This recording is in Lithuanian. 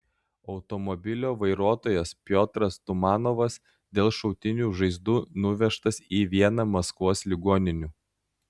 automobilio vairuotojas piotras tumanovas dėl šautinių žaizdų nuvežtas į vieną maskvos ligoninių